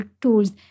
tools